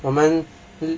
我们